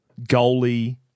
goalie